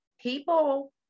people